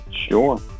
Sure